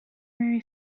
marry